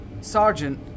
Sergeant